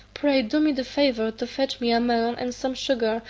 pray do me the favour to fetch me a melon and some sugar,